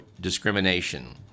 discrimination